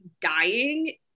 dying